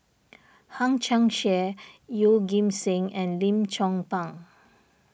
Hang Chang Chieh Yeoh Ghim Seng and Lim Chong Pang